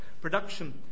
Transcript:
production